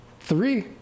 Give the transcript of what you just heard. three